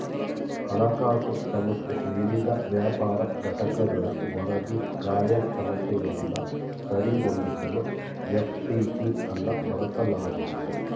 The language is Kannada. ಹಣಕಾಸು ಸಂಸ್ಥೆ ವಿವಿಧ ವ್ಯಾಪಾರ ಘಟಕಗಳ ವರದಿ ಕಾರ್ಯಕ್ಷಮತೆಯನ್ನ ಸರಿ ಹೊಂದಿಸಲು ಎಫ್.ಟಿ.ಪಿ ಅನ್ನ ಬಳಸಲಾಗುತ್ತೆ